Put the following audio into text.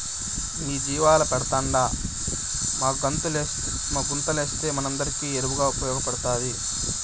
మీ జీవాల పెండంతా మా గుంతలేస్తే మనందరికీ ఎరువుగా ఉపయోగపడతాది